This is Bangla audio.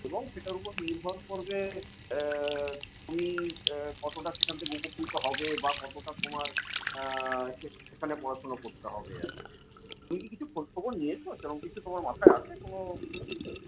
এবং সেটার ওপর নির্ভর করবে তুমি কতটা সেখান থেকে উপকৃত হবে বা কতটা তোমার সেখানে পড়াশোনা করতে হবে আর কি তুমি কি কিছু খোঁজখবর নিয়েছো সেরকম কিছু তোমার মাথায় আসে কোনো খোঁজখবর নিয়েছ